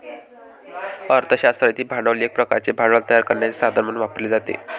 अर्थ शास्त्रातील भांडवल एक प्रकारचे भांडवल तयार करण्याचे साधन म्हणून वापरले जाते